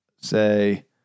say